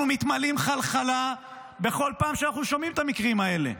אנחנו מתמלאים חלחלה בכל פעם שאנחנו שומעים את המקרים האלה.